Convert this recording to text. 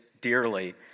dearly